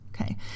okay